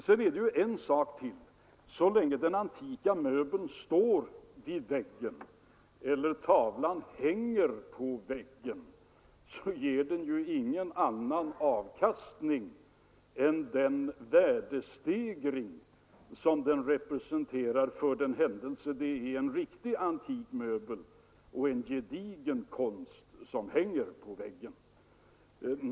Sedan är det en sak till: Så länge den antika möbeln står vid väggen eller tavlan hänger på väggen ger den ju ingen annan avkastning än den värdestegring den representerar för den händelse att det är en äkta antik möbel som står där och gedigen konst som hänger på väggen.